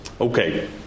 Okay